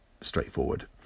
straightforward